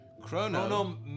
Chrono